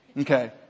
Okay